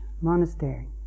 monastery